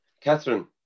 Catherine